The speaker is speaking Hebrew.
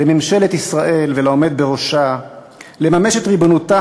לממשלת ישראל ולעומד בראשה לממש את ריבונותה